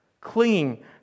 clinging